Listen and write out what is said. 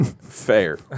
Fair